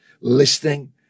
listening